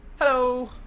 Hello